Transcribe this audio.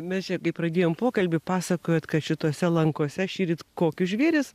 mes čia kai pradėjom pokalbį pasakojot kad šitose lankose šįryt kokius žvėris